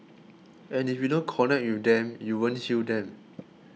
and if you don't connect with them you won't heal them